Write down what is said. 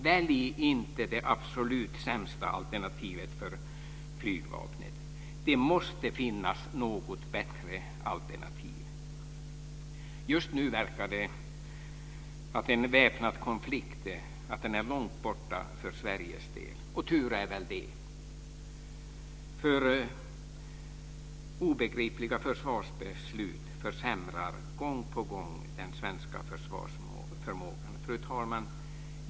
Välj inte det absolut sämsta alternativet för Flygvapnet. Det måste finnas något bättre alternativ. Just nu verkar det som att en väpnad konflikt är långt borta för Sveriges del. Tur är väl det, för obegripliga försvarsbeslut försämrar gång på gång den svenska försvarsförmågan. Fru talman!